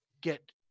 get